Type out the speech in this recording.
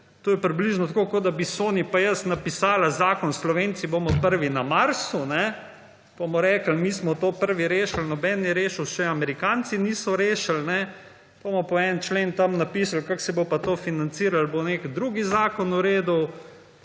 To je približno tako kot da bi Soni pa jaz napisala zakon, Slovenci bomo prvi na Marsu, pa bomo rekli, mi smo to prvi rešili, nobeden ni rešil, še Amerikanci niso rešili, potem bomo pa en člen tam zapisali, kako se bo pa to financiralo, bo nek drugi zakon uredil,